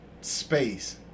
space